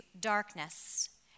darkness